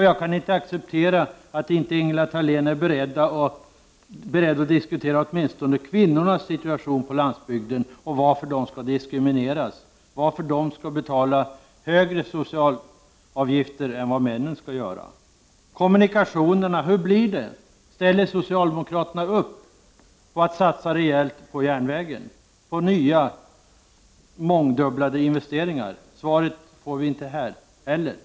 Jag kan inte acceptera att Ingela Thalén inte är beredd att diskutera åtminstone kvinnornas situation på landsbygden och varför de skall diskrimineras och tvingas betala högre socialavgifter än männen. Hur blir det med kommunikationerna? Ställer socialdemokraterna upp på att satsa rejält på järnvägen, på nya, mångdubblade investeringar? Det svaret får vi inte heller här.